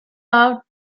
out